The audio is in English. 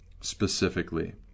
specifically